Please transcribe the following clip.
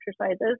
exercises